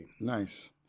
Nice